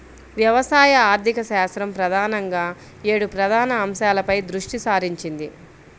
వ్యవసాయ ఆర్థికశాస్త్రం ప్రధానంగా ఏడు ప్రధాన అంశాలపై దృష్టి సారించింది